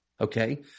Okay